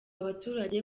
abaturage